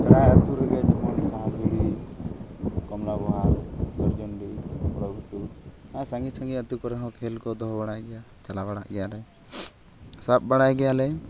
ᱯᱨᱟᱭ ᱟᱛᱳ ᱨᱮᱜᱮ ᱡᱮᱢᱚᱱ ᱥᱟᱦᱟᱡᱩᱲᱤ ᱠᱚᱢᱲᱟᱵᱚᱦᱟᱞ ᱥᱚᱨᱡᱚᱱᱰᱤ ᱯᱚᱲᱚᱜᱷᱩᱴᱩ ᱚᱱᱟ ᱥᱟᱺᱜᱤᱧ ᱥᱟᱺᱜᱤᱧ ᱟᱛᱳ ᱠᱚᱨᱮ ᱦᱚᱸ ᱠᱷᱮᱞ ᱠᱚ ᱫᱚᱦᱚ ᱵᱟᱲᱟᱭ ᱜᱮᱭᱟ ᱪᱟᱞᱟᱣ ᱵᱟᱲᱟᱜ ᱜᱮᱭᱟᱞᱮ ᱥᱟᱵ ᱵᱟᱲᱟᱭ ᱜᱮᱭᱟᱞᱮ